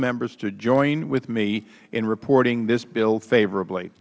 members to join with me in reporting this bill favorably